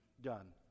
done